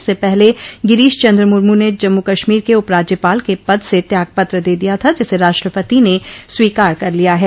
इससे पहले गिरीश चन्द्र मुर्मू ने जम्मू कश्मीर के उप राज्यपाल के पद से त्यागपत्र दे दिया था जिसे राष्ट्रपति ने स्वीकार कर लिया है